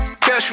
Cash